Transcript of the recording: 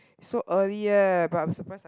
so early ah but I'm surprised